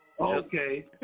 Okay